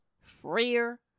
freer